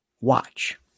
Watch